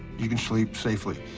you can sleep safely,